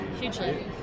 hugely